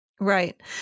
Right